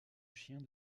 chien